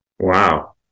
wow